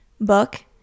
book